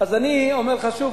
אז אני אומר לך שוב,